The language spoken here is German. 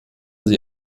sie